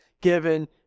given